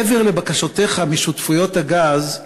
מעבר לבקשותיך משותפויות הגז,